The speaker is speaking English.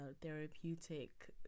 therapeutic